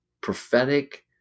prophetic